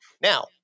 Now